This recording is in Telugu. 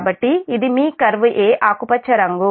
కాబట్టి ఇది మీ కర్వ్ 'A' ఆకుపచ్చ రంగు